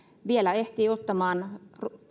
vielä ehtii ottamaan